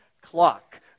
clock